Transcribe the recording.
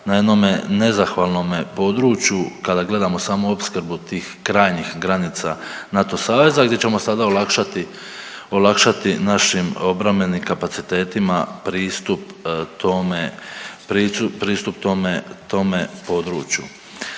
na jednome nezahvalnome području kada gledamo samo opskrbu tih krajnjih granica NATO saveza gdje ćemo sada olakšati, olakšati našim obrambenim kapacitetima pristup tome, pristup